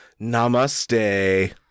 Namaste